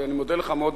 ואני מודה לך מאוד,